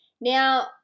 Now